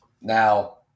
Now